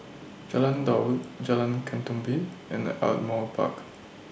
Jalan Daud Jalan Ketumbit and Ardmore Park